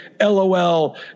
LOL